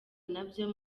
nabyo